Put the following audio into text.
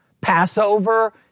Passover